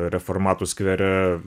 reformatų skvere